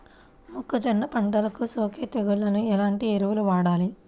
మొక్కజొన్న పంటలకు సోకే తెగుళ్లకు ఎలాంటి ఎరువులు వాడాలి?